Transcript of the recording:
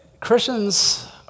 Christians